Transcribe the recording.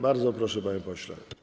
Bardzo proszę, panie pośle.